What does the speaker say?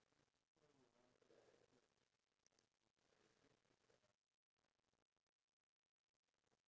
and you must know if you decide to make choice A then this will happen if you decide to make choice B this will happen